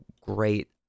great